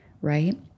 right